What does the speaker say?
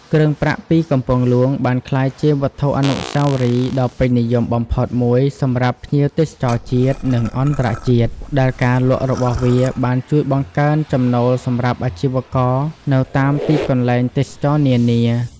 គ្រឿងប្រាក់ពីកំពង់ហ្លួងបានក្លាយជាវត្ថុអនុស្សាវរីយ៍ដ៏ពេញនិយមបំផុតមួយសម្រាប់ភ្ញៀវទេសចរណ៍ជាតិ និងអន្តរជាតិ ដែលការលក់របស់វាបានជួយបង្កើនចំណូលសម្រាប់អាជីវករនៅតាមទីកន្លែងទេសចរណ៍នានា។